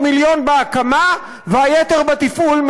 300 מיליון בהקמה והיתר בתפעול,